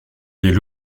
des